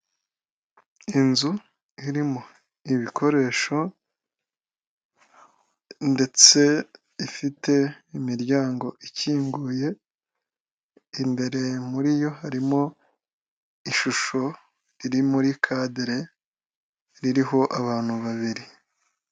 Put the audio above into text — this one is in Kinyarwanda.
Inzu irimo ibikoresho ndetse ifite imiryango ikinguye, imbere muri yo harimo ishusho riri muri cadire ririho abantu babiri.